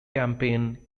campaign